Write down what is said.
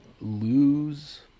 lose